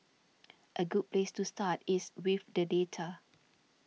a good place to start is with the data